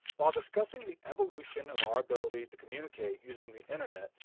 while discussing the evolution of our ability to communicate using the internet,